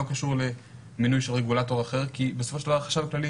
קשור למינוי של רגולטור אחר כי בסופו של דבר החשב הכללי